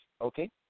okay